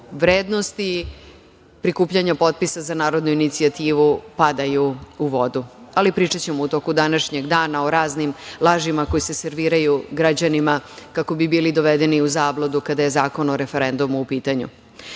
vrednosti prikupljanja potpisa za narodnu inicijativu padaju u vodu, ali pričaćemo u toko današnjeg dana o raznim lažima koje se serviraju građanima kako bi bili dovedeni u zabludu kada je Zakon o referendumu u pitanju. Dakle,